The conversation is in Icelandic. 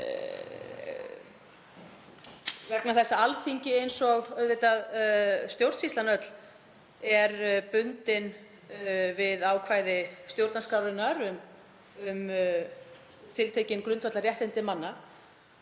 vegna þess að Alþingi, eins og auðvitað stjórnsýslan öll, er bundið við ákvæði stjórnarskrárinnar um tiltekin grundvallarréttindi manna